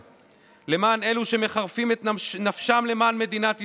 למען אלה שמחרפים את נפשם למען מדינת ישראל.